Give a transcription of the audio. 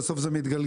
בסוף זה מתגלגל.